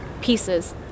pieces